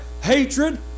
hatred